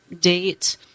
date